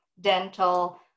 Dental